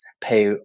pay